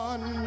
One